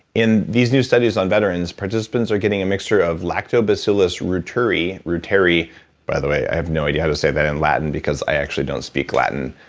in these new studies on veterans, participants are getting a mixture of lactobacillus reuteri. by the way, i have no idea how to say that in latin, because i actually don't speak latin.